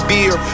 Beer